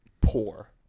poor